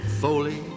Foley